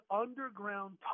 underground